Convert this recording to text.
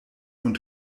und